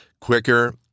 quicker